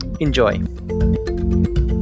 Enjoy